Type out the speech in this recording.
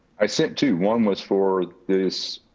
i sent two. one was for this